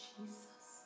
Jesus